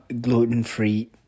gluten-free